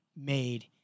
made